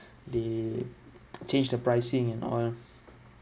they change the pricing and all